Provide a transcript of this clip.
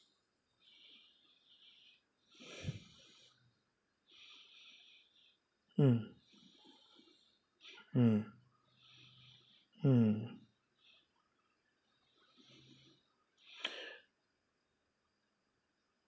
mm mm mm